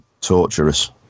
torturous